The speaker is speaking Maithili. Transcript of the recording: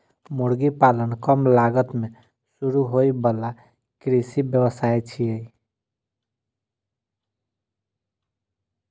मुर्गी पालन कम लागत मे शुरू होइ बला कृषि व्यवसाय छियै